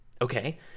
Okay